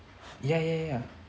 ya ya ya